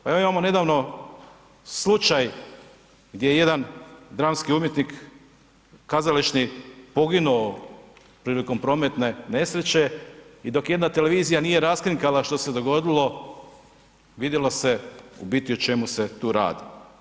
Pa evo imamo nedavno slučaj gdje je jedan dramski umjetnik kazališni poginuo prilikom prometne nesreće i dok jedna televizija nije raskrinkala što se dogodilo, vidjelo se u biti o čemu se tu radi.